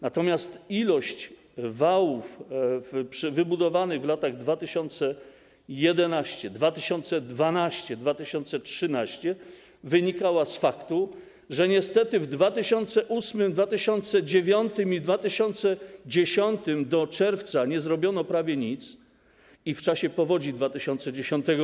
Natomiast ilość wałów wybudowanych w latach 2011, 2012 i 2013 wynikała z faktu, że niestety w latach 2008, 2009 i 2010 do czerwca nie zrobiono prawie nic, a w czasie powodzi w roku 2010.